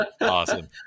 Awesome